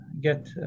get